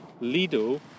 Lido